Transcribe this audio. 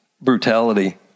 brutality